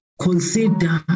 consider